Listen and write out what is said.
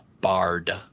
barred